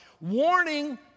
warning